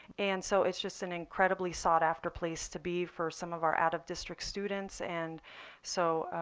and so it's just an incredibly sought after place to be for some of our out of district students. and so